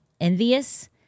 envious